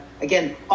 again